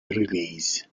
release